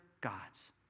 gods